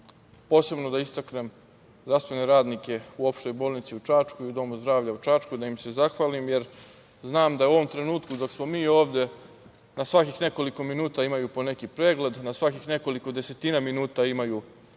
posebno da istaknem zdravstvene radnike u Opštoj bolnici u Čačku i u Domu zdravlja u Čačku i da im se zahvalim, jer znam da u ovom trenutku, dok smo mi ovde, na svakih nekoliko minuta imaju po neki pregled, na svakih nekoliko desetina minuta imaju